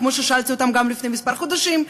כמו ששאלתי אותם גם לפני כמה חודשים,